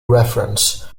reference